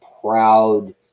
proud